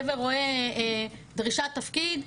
הגבר רואה דרישת תפקיד,